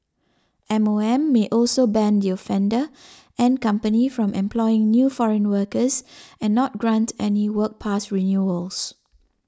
M O M may also ban the offender and company from employing new foreign workers and not grant any work pass renewals